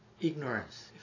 ignorance